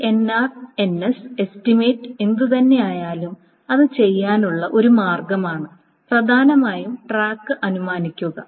ഈ എസ്റ്റിമേറ്റ് എന്തുതന്നെയായാലും അത് ചെയ്യാനുള്ള ഒരു മാർഗമാണ് പ്രധാനമായും ട്രാക്ക് അനുമാനിക്കുക